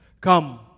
Come